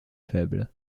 faible